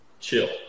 Chill